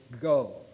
go